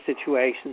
situations